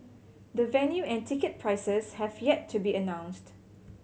the venue and ticket prices have yet to be announced